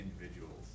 individuals